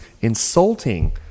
insulting